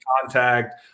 contact